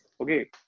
Okay